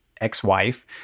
ex-wife